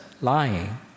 lying